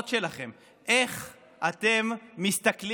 איך אתם מסבירים למשפחות שלכם?